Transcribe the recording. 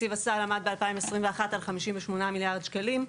תקציב הסל עמד ב-2021 על 58 מיליארד שקלים,